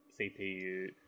CPU